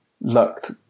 looked